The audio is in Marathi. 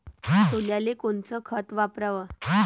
सोल्याले कोनचं खत वापराव?